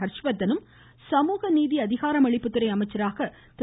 ஹர்ஷ்வர்த்தனும் சமூக நீதி அதிகாரம் அளிப்பு துறை அமைச்சராக திரு